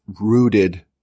rooted